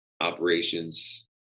operations